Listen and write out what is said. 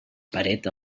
paret